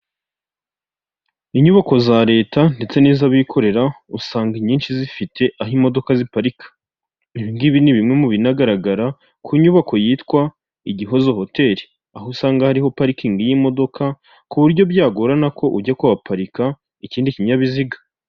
Inyubako za leta ndetse n'iz'abikorera usanga inyinshi zifite aho imodoka ziparika ibingibi ni bimwe mu binagaragara ku nyubako yitwa igihozo hoteli aho usanga hariho parikingi y'imodoka ku buryo byagorana ko ujya kuhaparika ikindi kinyabiziga.